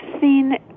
seen